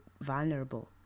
vulnerable